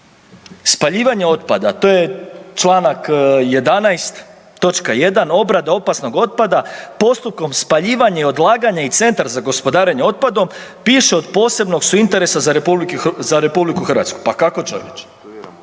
Spaljivanje otpada, to je čl. 11 toč. 1, obrada opasnog otpada postupkom spaljivanje, odlaganje i centar za gospodarenje otpadom, piše, od posebnog su interesa za RH. Pa kako, čovječe?